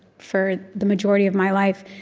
for the majority of my life,